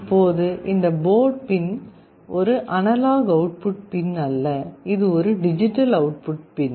இப்போது இந்த port pin ஒரு அனலாக் அவுட்புட் பின் அல்ல இது ஒரு டிஜிட்டல் அவுட்புட் பின்